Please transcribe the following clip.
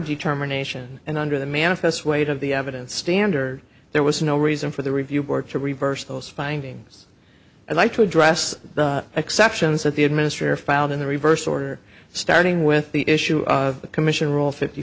determination and under the manifest weight of the evidence standard there was no reason for the review board to reverse those findings i'd like to address the exceptions that the administrator filed in the reverse order starting with the issue of the commission roll fifty